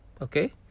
okay